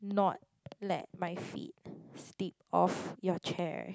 not let my feet slip off your chair